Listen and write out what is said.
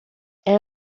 elle